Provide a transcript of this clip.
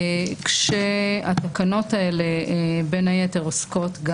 התקנות האלה עוסקות,